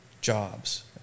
jobs